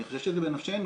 אני חושב שזה בנפשנו.